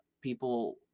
people